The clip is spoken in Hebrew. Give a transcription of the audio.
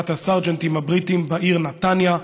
חטיפת הסרג'נטים הבריטים בעיר נתניה,